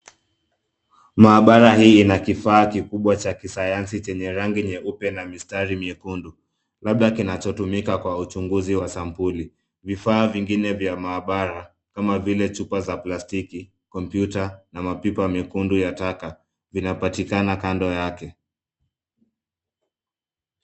Maabara hii ina kifaa kikubwa cha Kisayansi chenye rangi nyeupe na mistari miekundu, labda kinachotumika kwa uchunguzi wa sampuli. Vifaa vingine vya maabara, kama vile: chupa za plastiki, kompyuta na mapipa mekundu ya taka, vinapatikana kando yake.